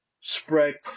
spread